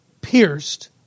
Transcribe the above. pierced